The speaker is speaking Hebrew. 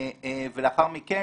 לאחר מכן,